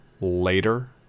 Later